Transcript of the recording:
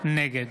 נגד